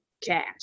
cash